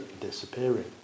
disappearing